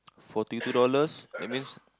forty two dollars that means